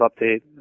update